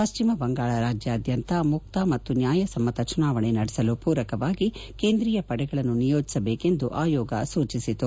ಪಶ್ಚಿಮ ಬಂಗಾಳ ರಾಜ್ಯಾದ್ಯಂತ ಮುಕ್ತ ಮತ್ತು ನ್ಯಾಯಸಮ್ಮತ ಚುನಾವಣೆ ನಡೆಸಲು ಪೂರಕವಾಗಿ ಕೇಂದ್ರೀಯ ಪಡೆಗಳನ್ನು ನಿಯೋಜಿಸಬೇಕು ಎಂದು ಆಯೋಗ ಸೂಚಿಸಿತು